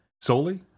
solely